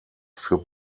für